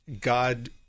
God